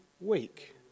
week